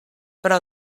però